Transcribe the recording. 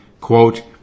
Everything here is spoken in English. quote